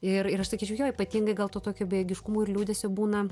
ir ir aš sakyčiau jo ypatingai gal to tokio bejėgiškumo ir liūdesio būna